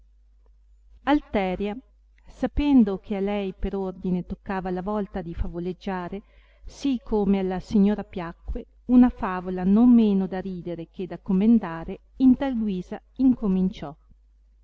e sapendo che a lei per ordine toccava la volta di favoleggiare sì come alla signora piacque una favola non meno da ridere che da commendare in tal guisa incominciò